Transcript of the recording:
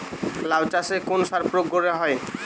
লাউ চাষে কোন কোন সার প্রয়োগ করা হয়?